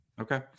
Okay